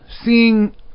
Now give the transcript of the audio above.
seeing